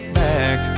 back